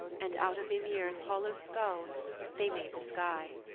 and out of ymir's hollow skull they made the sky.